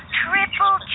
triple